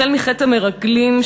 החל מחטא המרגלים,